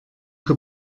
que